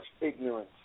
ignorance